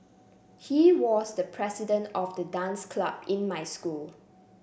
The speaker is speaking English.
he was the president of the dance club in my school